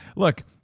look,